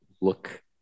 look